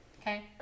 Okay